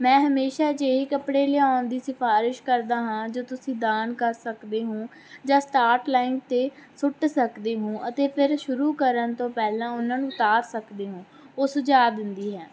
ਮੈਂ ਹਮੇਸ਼ਾ ਅਜਿਹੇ ਕੱਪੜੇ ਲਿਆਉਣ ਦੀ ਸਿਫਾਰਿਸ਼ ਕਰਦਾ ਹਾਂ ਜੋ ਤੁਸੀਂ ਦਾਨ ਕਰ ਸਕਦੇ ਹੋ ਜਾਂ ਸਟਾਰਟ ਲਾਈਨ 'ਤੇ ਸੁੱਟ ਸਕਦੇ ਹੋ ਅਤੇ ਫਿਰ ਸ਼ੁਰੂ ਕਰਨ ਤੋਂ ਪਹਿਲਾਂ ਉਹਨਾਂ ਨੂੰ ਉਤਾਰ ਸਕਦੇ ਹੋ ਉਹ ਸੁਝਾਅ ਦਿੰਦੀ ਹੈ